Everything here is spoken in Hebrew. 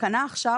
התקנה עכשיו